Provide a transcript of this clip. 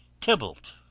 Tybalt